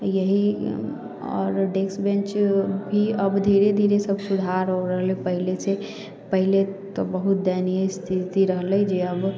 यहि आओर desk bench भी अब धीरे धीरे सभ सुधार हो रहले पहिलेसँ पहिले तऽ बहुत दयनीय स्थिति रहलै जे अब